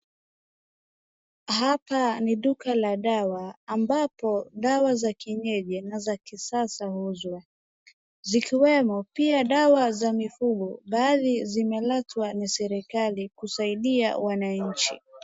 Hapa ni duka la dawa ambapo, dawa za kienyeji na za kisasa huuzwa, zikiwemo pia dawa za mifugo, baadhi zimeletwa na serikali kusaidia wananchi.